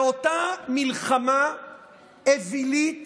באותה מלחמה אווילית